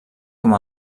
com